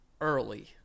early